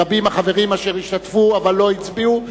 רבים החברים אשר השתתפו אבל לא הצביעו,